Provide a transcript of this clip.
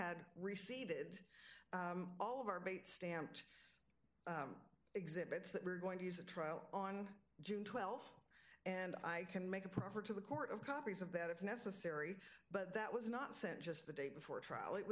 had receded all of our bait stamped exhibits that we're going to use a trial on june twelfth and i can make a proper to the court of copies of that if necessary but that was not sent just the day before trial it